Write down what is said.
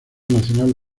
nacional